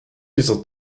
dieser